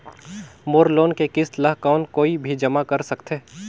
मोर loan के किस्त ल कौन कोई भी जमा कर सकथे?